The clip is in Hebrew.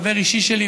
חבר אישי שלי,